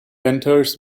enters